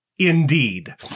Indeed